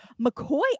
McCoy